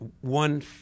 one